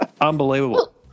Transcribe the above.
unbelievable